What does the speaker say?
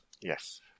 Yes